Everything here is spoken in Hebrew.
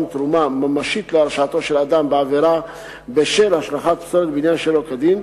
תרומה ממשית להרשעתו של אדם בעבירה של השלכת פסולת בניין שלא כדין,